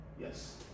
yes